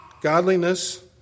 godliness